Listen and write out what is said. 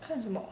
看什么